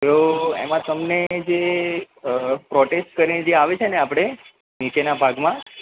તો એમાં તમને જે પ્રોસ્ટેટ કરીને જે આવે છે આપણે નીચેના ભાગમાં